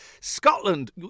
Scotland